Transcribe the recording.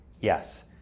Yes